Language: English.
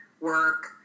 work